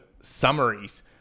summaries